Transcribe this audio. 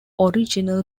original